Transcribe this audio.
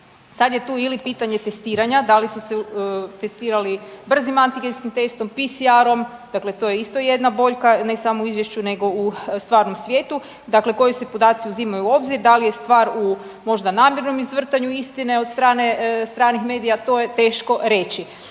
Sad je tu ili pitanje testiranja, da li su se testirali brzim antigenskim testom, PCR-om, dakle to je isto jedna boljka, ne samo u Izvješću nego u stvarnom svijetu. Dakle koji se podaci uzimaju u obzir, da li je stvar u, možda namjernom izvrtanju istine od strane stranih medija, to je teško reći.